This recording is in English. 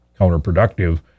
counterproductive